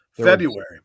February